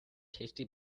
tasty